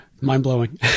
Mind-blowing